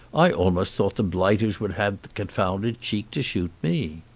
i almost thought the blighters would have the confounded cheek to shoot me.